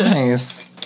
Nice